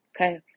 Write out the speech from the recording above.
okay